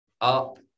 up